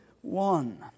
one